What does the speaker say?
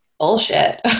Bullshit